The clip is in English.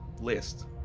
list